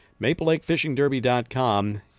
MapleLakeFishingDerby.com